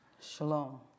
Shalom